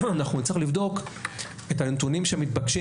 אנחנו נצטרך לבדוק את הנתונים שמתבקשים